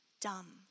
dumb